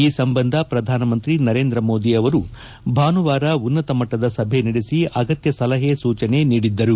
ಈ ಸಂಬಂಧ ಪ್ರಧಾನಮಂತ್ರಿ ನರೇಂದ್ರ ಮೋದಿ ಅವರು ಭಾನುವಾರ ಉನ್ನತ ಮಟ್ಟದ ಸಭೆ ನಡೆಸಿ ಅಗತ್ಯ ಸಲಹೆ ಸೂಚನೆ ನೀಡಿದ್ದರು